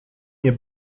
nie